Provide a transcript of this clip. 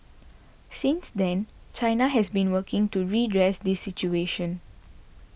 since then China has been working to redress this situation